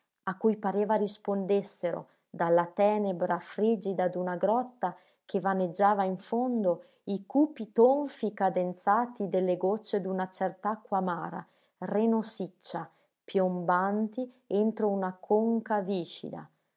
a cui pareva rispondessero dalla tenebra frigida d'una grotta che vaneggiava in fondo i cupi tonfi cadenzati delle gocce d'una cert'acqua amara renosiccia piombanti entro una conca viscida